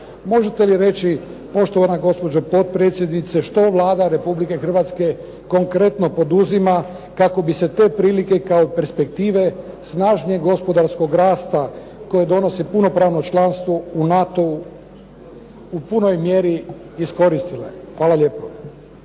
Možete li reći poštovana gospođo potpredsjednice što Vlada Republike Hrvatske konkretno poduzima kako bi se te prilike kao perspektive snažnijeg gospodarskog rasta koje donosi punopravno članstvo u NATO-u u punoj mjeri iskoristile. Hvala lijepo.